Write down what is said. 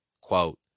Quote